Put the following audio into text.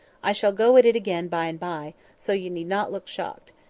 i shall go at it again by-and-by, so you need not look shocked.